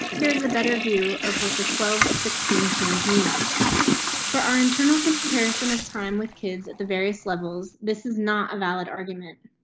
here is a better view of what the twelve of sixteen change means for our internal comparison of time with kids at the various levels. this is not a valid argument.